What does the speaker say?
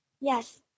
Yes